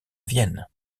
vienne